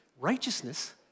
righteousness